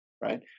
Right